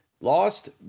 lost